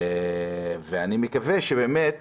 אני מקווה שבאמת